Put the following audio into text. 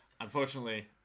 Unfortunately